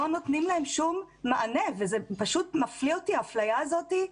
נותנים להם שום מענה וזה פשוט מפליא אותי האפליה הזאת.